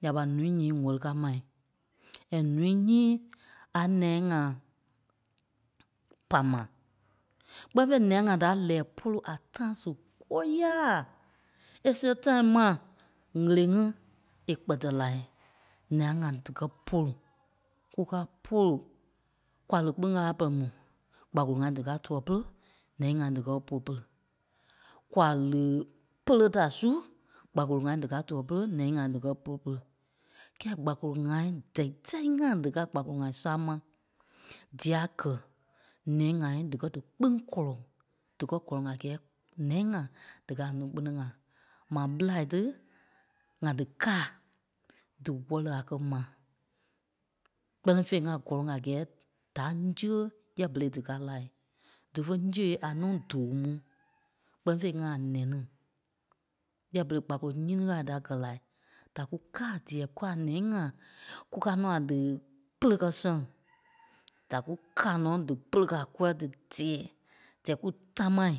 Ǹya ɓa ǹúui nyii ŋ̀wɛli káa mai and ǹúui nyíi a ǹɛi ŋa pâ ma. Kpɛ́ni fêi nɛyâa ŋa dâa lɛ̀ɛ pôlu a tãi su kôyaa, é síɣe tãi ma ŋ̀elei ŋí è kpɛ̀tɛ lai nɛyâa ŋa díkɛ pôlu, kúkaa pôlu kwa kpîŋ ɣâla pɛrɛ mu. Gbakolo ŋai díkaa tuɛ pere, ǹɛi ŋai díkɔɔ pôlu pere. kwa li pêle da su, gbakolo ŋai díkaa tuɛ pere, ǹɛi ŋai díkɔɔ pôlu pere. Kɛ́ɛ gbakolo ŋai dɛ̂i tɛi ŋa díkaa gbakolo ŋai sáma, dîa ɓé gɛ̀ ǹɛi ŋai díkɛ dí kpîŋ kɔ̀lɔŋ díkɛ gɔ̀lɔŋ a gɛ́ɛ ǹɛi ŋa díkaa a núu kpune ŋa. M̀aa ɓelai tí ŋa díkaa dí wɛ́li a kɛ́ ma, kpɛ́ni fêi ŋá gɔ́lɔŋ a gɛ́ɛ da ǹziɣe yɛ̂ɛ berei díkaa lai. Dífe ńziɣêi a núu dòo mu, kpɛ́ni fêi ŋ́gaa a nɛi yɛ̂ɛ berei gbakoloi nyiŋi ŋai da gɛ̀ lai, da kú kaa dîɛ kúkaa a nɛi ŋa, kúkaa nɔ́ a dí pêle kɛ́ sɛŋ. Da kú kaa nɔ́ dí pêle kɛ́ a kûa dí tée dîɛ kú támaai.